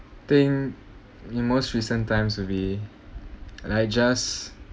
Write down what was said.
think in most recent times will be like I just